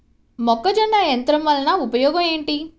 మొక్కజొన్న యంత్రం వలన ఉపయోగము ఏంటి?